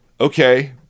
okay